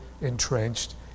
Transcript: entrenched